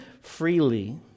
freely